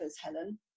Helen